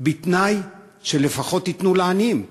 בתנאי שלפחות תיתנו לעניים.